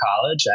college